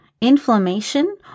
inflammation